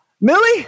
Millie